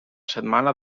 setmana